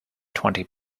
twenty